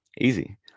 easy